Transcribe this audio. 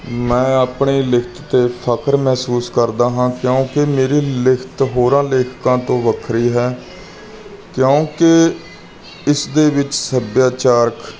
ਮੈਂ ਆਪਣੀ ਲਿਖਤ 'ਤੇ ਫਖਰ ਮਹਿਸੂਸ ਕਰਦਾ ਹਾਂ ਕਿਉਂਕਿ ਮੇਰੀ ਲਿਖਤ ਹੋਰਾਂ ਲੇਖਕਾਂ ਤੋਂ ਵੱਖਰੀ ਹੈ ਕਿਉਂਕਿ ਇਸ ਦੇ ਵਿੱਚ ਸੱਭਿਆਚਾਰਕ